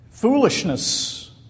Foolishness